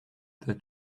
their